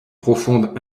profonde